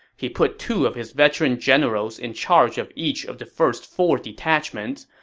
he put two of his veteran generals in charge of each of the first four detachments,